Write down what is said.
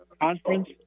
conference